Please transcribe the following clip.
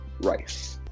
Rice